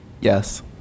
Yes